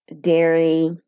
dairy